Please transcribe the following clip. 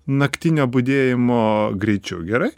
naktinio budėjimo greičiu gerai